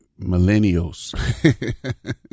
millennials